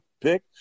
pick